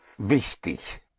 wichtig